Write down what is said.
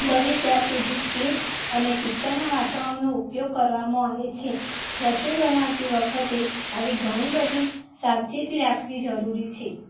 બને ત્યાં સુધી સ્ટીલ અને પિત્તળનાં વાસણોનો ઉપયોગ કરવામાં આવે છે રસોઈ બનાવતી વખતે આવી ઘણી બધી સાવચેતી રાખવી જરુરી છે